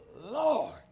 Lord